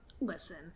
Listen-